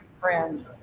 friend